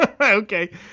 okay